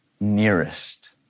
nearest